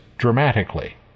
dramatically